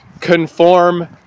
conform